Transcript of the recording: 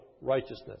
righteousness